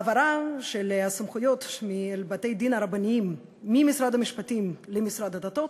ההעברה של הסמכויות של בתי-הדין הרבניים ממשרד המשפטים למשרד הדתות